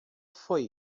foi